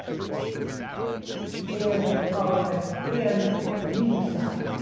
really and, and i apologize and you decide.